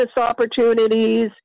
opportunities